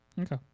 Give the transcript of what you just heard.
Okay